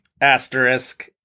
asterisk